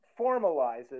formalizes